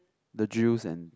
the drills and